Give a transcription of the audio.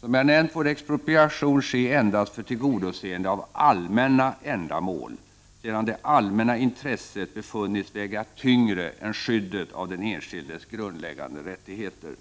Som jag nämnt får expropriation ske endast för tillgodoseende av allmänna ändamål, sedan det allmänna intresset befunnits väga tyngre än skyddet av den enskildes grundläggande rättigheter.